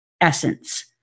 essence